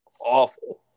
Awful